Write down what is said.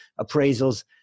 appraisals